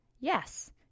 Yes